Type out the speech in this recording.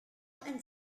and